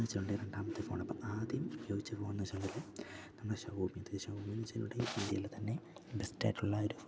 വെച്ചോണ്ട് രണ്ടാമത്തെ ഫോണ് അപ്പം ആദ്യം ഉപയോഗിച്ച് ഫോൺന്ന് വെച്ചാൽ നമ്മുടെ ഷവൗമി ഷവൗമിന്ന് വെച്ചാൽ ഇവിടെ ഇന്ത്യയിൽ തന്നെ ബെസ്റ്റായിട്ടുള്ള ഒരു